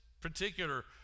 particular